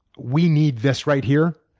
we need this right here,